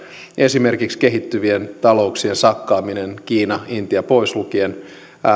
esimerkiksi kehittyvien talouksien sakkaaminen kiina ja intia pois lukien